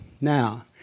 Now